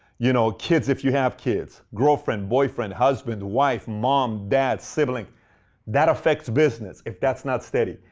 you know, kids if you have kids. girlfriend, boyfriend, husband, wife, mom, dad, sibling that affects business if that's not steady.